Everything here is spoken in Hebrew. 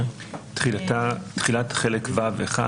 יש את פרק ו'1